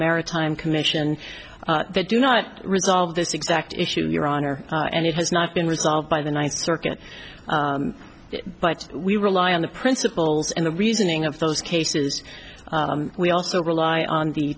maritime commission that do not resolve this exact issue your honor and it has not been resolved by the ninth circuit but we rely on the principals in the reasoning of those cases we also rely on the